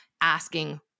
asking